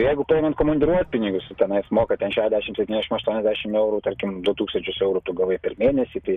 jeigu paimam komandiruotpinigius o tenais moka ten šešiasdešim septyniasdešim aštuoniasdešim eurų tarkim du tūkstančius eurų tu gavai per mėnesį tai